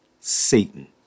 Satan